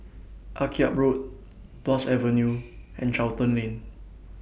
Akyab Road Tuas Avenue and Charlton Lane